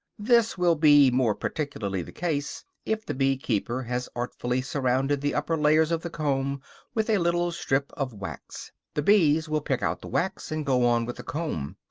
this will be more particularly the case if the bee-keeper has artfully surrounded the upper layers of the comb with a little strip of wax the bees will pick out the wax, and go on with the comb.